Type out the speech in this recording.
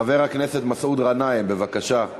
חבר הכנסת מסעוד גנאים, בבקשה.